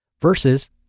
versus